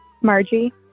Margie